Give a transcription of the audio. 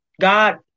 God